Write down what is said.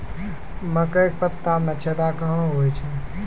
मकई के पत्ता मे छेदा कहना हु छ?